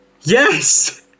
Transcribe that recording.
Yes